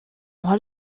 what